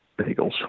Bagels